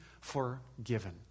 forgiven